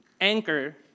anchor